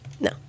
No